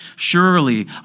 Surely